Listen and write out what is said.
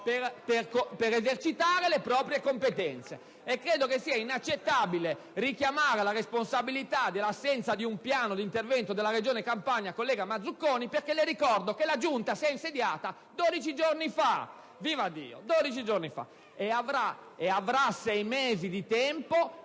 per esercitare le proprie competenze. *(Applausi dal Gruppo* *PdL)*. Credo che sia inaccettabile richiamare la responsabilità dell'assenza di un piano di intervento della Regione Campania, collega Mazzuconi, perché le ricordo che la Giunta si è insediata 12 giorni fa e avrà sei mesi di tempo